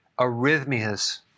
arrhythmias